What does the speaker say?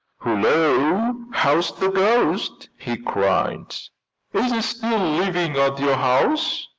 hullo! how's the ghost? he cried. is it still living at your house?